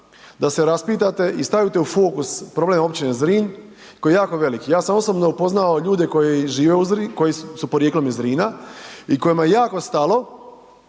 da se raspitate i stavite u fokus problem općine Zrin koji je jako velik. Ja sam osobno upoznao ljude koji su porijeklom iz Zrina i kojima je jako stalo